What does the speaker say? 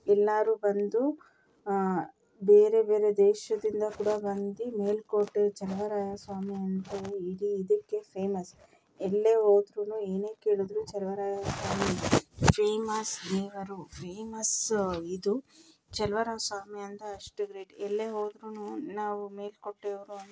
ಎಲ್ಲರೂ ಬಂದು ಬೇರೆ ಬೇರೆ ದೇಶದಿಂದ ಕೂಡ ಬಂದು ಮೇಲುಕೋಟೆ ಚೆಲುವರಾಯ ಸ್ವಾಮಿ ಅಂತ ಇಲ್ಲಿ ಇದಕ್ಕೆ ಫೇಮಸ್ ಎಲ್ಲೇ ಹೋದ್ರೂ ಏನೇ ಕೇಳಿದರೂ ಚೆಲುವರಾಯ ಸ್ವಾಮಿ ಫೇಮಸ್ ದೇವರು ಫೇಮಸ್ಸ್ ಇದು ಚೆಲುವರಾಯ ಸ್ವಾಮಿ ಅಂತ ಅಷ್ಟು ಗ್ರೇಟ್ ಎಲ್ಲೇ ಹೋದ್ರೂ ನಾವು ಮೇಲ್ಕೋಟೆಯವ್ರು ಅಂದರೆ